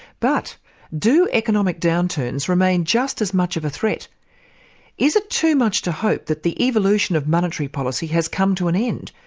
but do economic downturns remain just as much of a threat it too much to hope that the evolution of monetary policy has come to an end?